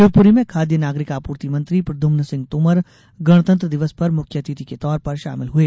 शिवपुरी में खाद्य नागरिक आपूर्ति मंत्री प्रद्युम्न सिंह तोमर गणतंत्र दिवस पर मुख्य अतिथि के तौर पर शामिल हुए